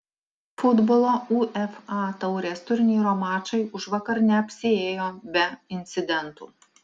futbolo uefa taurės turnyro mačai užvakar neapsiėjo be incidentų